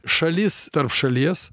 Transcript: šalis tarp šalies